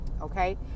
Okay